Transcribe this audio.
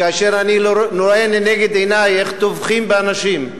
כאשר מנגד אני רואה לנגד עיני איך טובחים באנשים,